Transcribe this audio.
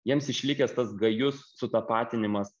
jiems išlikęs tas gajus sutapatinimas